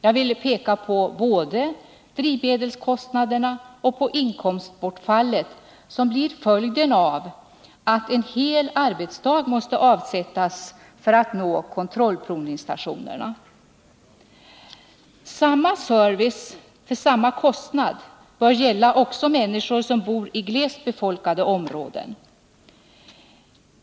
Jag vill peka både på drivmedelskostnaderna och på det inkomstbortfall som blir följden av att en hel arbetsdag måste avsättas för att nå kontrollprovningsstationerna. Samma service för samma kostnad bör gälla också människor som bor i glest befolkade områden.